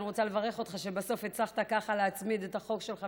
אני רוצה לברך אותך שבסוף הצלחת להצמיד את החוק שלך,